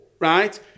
Right